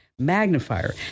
Magnifier